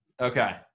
Okay